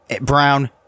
Brown